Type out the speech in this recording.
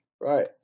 Right